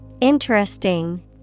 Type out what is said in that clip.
Interesting